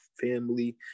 family